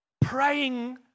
praying